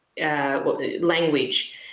language